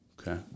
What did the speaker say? Okay